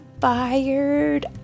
fired